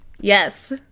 Yes